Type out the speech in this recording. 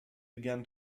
began